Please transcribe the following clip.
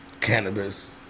cannabis